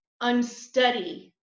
unsteady